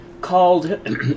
called